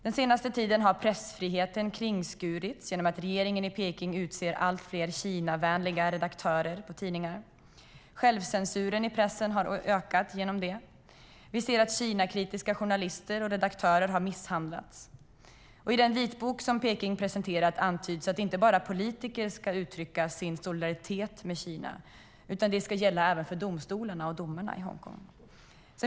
Den senaste tiden har pressfriheten kringskurits genom att regeringen i Peking utser allt fler Kinavänliga redaktörer på tidningar. Självcensuren i pressen har ökat genom det. Vi ser att Kinakritiska journalister och redaktörer har misshandlats. I den vitbok som Peking presenterat antyds att inte bara politiker ska uttrycka sin solidaritet med Kina utan även domstolarna och domarna i Hongkong.